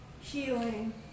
healing